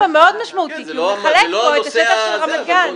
כביש 4 מאוד משמעותי כי הוא מחלק פה את הקטע של רמת גן.